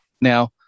Now